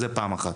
זה פעם אחת.